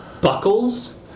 buckles